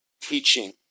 teaching